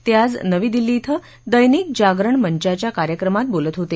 ते आज नवी दिल्ली क्वे दैनिक जागरण मंचाच्या कार्यक्रमात बोलत होते